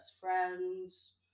friends